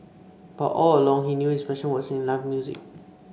but all along he knew his passion was in live music